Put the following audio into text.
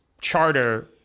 charter